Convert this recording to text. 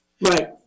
Right